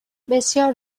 بسیار